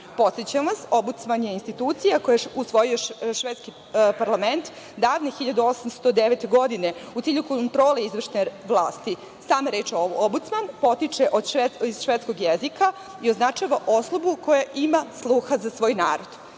Podsećam vas, Ombudsman je institucija koju je usvojio švedski Parlament davne 1809. godine, u cilju kontrole izvršne vlasti. Sama reč „Ombudsman“ potiče iz švedskog jezika i označava osobu koja ima sluha za svoj narod.